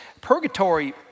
purgatory